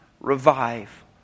revive